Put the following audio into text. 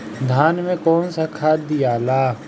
धान मे कौन सा खाद दियाला?